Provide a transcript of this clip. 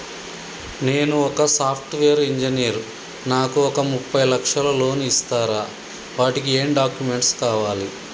నేను ఒక software engineer నాకు ఒక ముప్పై లక్షల లోన్ ఇస్తరా? వాటికి ఏం డాక్యుమెంట్స్ కావాలి?